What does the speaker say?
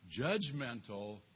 judgmental